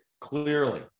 clearly